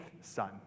son